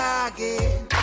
again